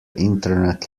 internet